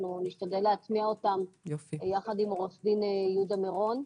אנחנו נשתדל להטמיע אותן ביחד עם עו"ד יהודה מירון,